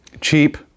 Cheap